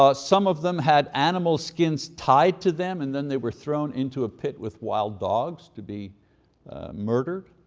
ah some of them had animal skins tied to them and then they were thrown into a pit with wild dogs to be murdered.